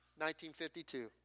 1952